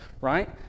right